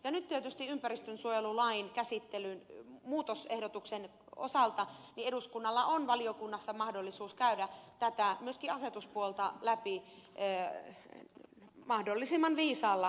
nyt tietysti ympäristönsuojelulain käsittelyn muutosehdotuksen osalta eduskunnalla on valiokunnassa mahdollisuus käydä myöskin tätä asetuspuolta läpi mahdollisimman viisaalla tavalla